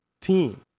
team